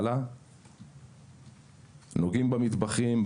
נוגעים במטבחים,